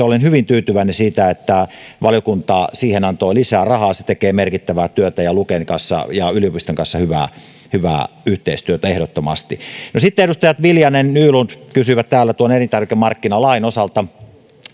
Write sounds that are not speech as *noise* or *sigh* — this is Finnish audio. *unintelligible* olen hyvin tyytyväinen siitä että valiokunta antoi lisää rahaa luomuinstituutin rahoitukseen se tekee merkittävää työtä ja luken kanssa ja yliopiston kanssa hyvää hyvää yhteistyötä ehdottomasti sitten edustajat viljanen ja nylund kysyivät täällä elintarvikemarkkinalain osalta